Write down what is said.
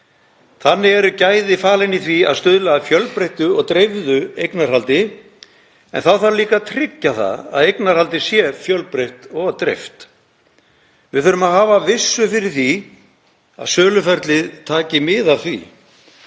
Þannig eru gæði falin í því að stuðla að fjölbreyttu og dreifðu eignarhaldi en þá þarf líka að tryggja það að eignarhaldið sé fjölbreytt og dreift. Við þurfum að hafa vissu fyrir því að söluferlið taki mið af því.